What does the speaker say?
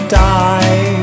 die